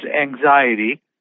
anxiety